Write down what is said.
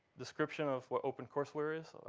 description of what opencourseware is.